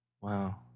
Wow